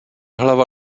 hlava